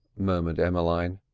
murmured emmeline.